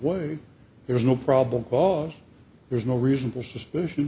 way there's no problem cause there's no reasonable suspicion